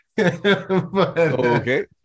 Okay